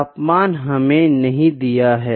तापमान हमे नहीं दिया है